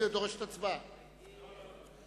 התשס"ט 2009,